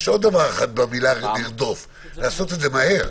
יש עוד דבר במילה "לרדוף" לעשות את זה מהר.